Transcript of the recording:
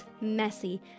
messy